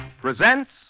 presents